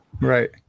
Right